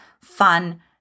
fun